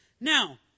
Now